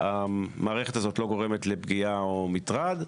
המערכת הזאת לא גורמת לפגיעה או מטרד,